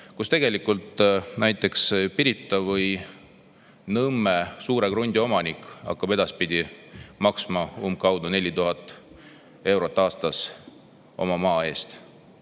ajal, et näiteks Pirita või Nõmme suure krundi omanik hakkab edaspidi maksma umbkaudu 4000 eurot aastas oma maa eest.